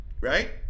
Right